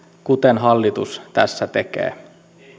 kuten hallitus tässä tekee